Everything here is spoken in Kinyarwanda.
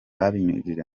babinyujije